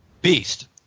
Beast